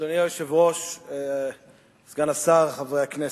אדוני היושב-ראש, סגן השר, חברי הכנסת,